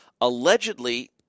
allegedly